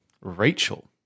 Rachel